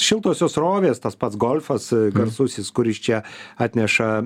šiltosios srovės tas pats golfas garsusis kuris čia atneša